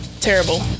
terrible